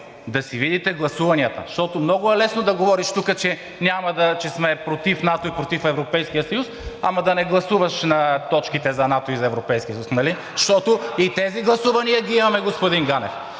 да си видите гласуванията. Защото много е лесно да говориш тук, че сме против НАТО и против Европейския съюз, но да не гласуваш на точките за НАТО и Европейския съюз. Нали? Защото и тези гласувания ги имаме, господин Ганев.